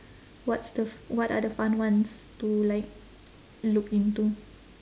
what's the f~ what are the fun ones to like look into